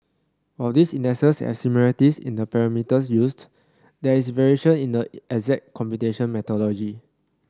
while these indexes have similarities in the parameters used there is variation in the exact computation methodology